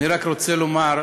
אני רק רוצה לומר,